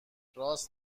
راست